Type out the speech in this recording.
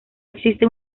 existe